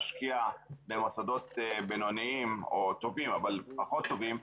נשקיע במוסדות בינוניים או טובים אבל פחות טובים,